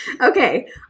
Okay